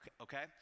okay